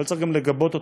אבל צריך גם לגבות אותה,